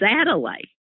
satellite